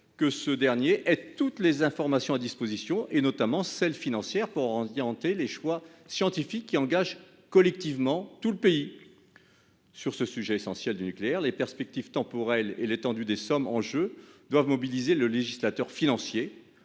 que ce dernier dispose de toutes les informations nécessaires, notamment financières, pour orienter les choix scientifiques qui engagent collectivement tout un pays. Sur le sujet essentiel du nucléaire, les perspectives temporelles et l'étendue des sommes en jeu doivent mobiliser le législateur financier